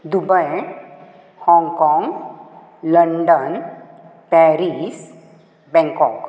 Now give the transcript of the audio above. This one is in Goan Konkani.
Dubai Hong Kong London Paris Bangkok